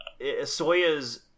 soya's